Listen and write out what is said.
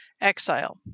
exile